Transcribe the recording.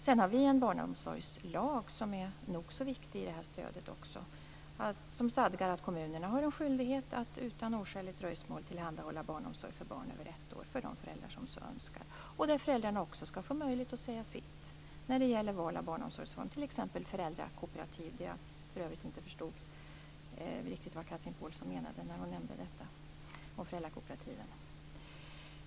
Vi har en barnomsorgslag, som är nog så viktig i detta stöd, som stadgar att kommunerna har en skyldighet att utan oskäligt dröjsmål tillhandahålla barnomsorg för barn över ett år för de föräldrar som så önskar. Föräldrarna skall också få möjlighet att säga sitt när det gäller val av barnomsorgsform, t.ex. föräldrakooperativ. Jag förstod för övrigt inte vad Chatrine Pålsson menade när hon nämnde föräldrakooperativen.